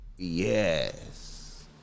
Yes